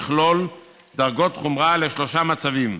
יכלול דרגות חומרה לשלושה מצבים: